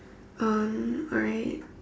um alright